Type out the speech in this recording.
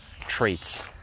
traits